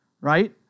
right